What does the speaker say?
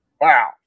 Wow